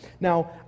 Now